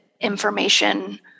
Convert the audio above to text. information